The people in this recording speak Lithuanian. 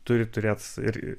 turi turėt ir